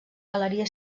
galeria